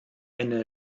eine